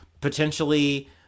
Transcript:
Potentially